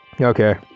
Okay